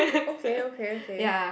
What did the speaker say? okay okay okay